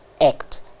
act